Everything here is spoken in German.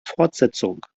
fortsetzung